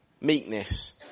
meekness